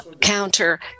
counter